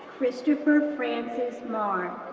christopher francis marr,